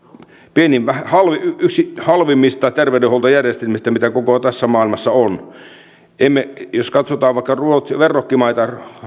yksi halvimmista terveydenhuoltojärjestelmistä mitä koko tässä maailmassa on jos katsotaan vaikka verrokkimaita